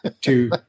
two